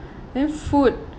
then food